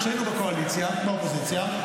כשהיינו באופוזיציה,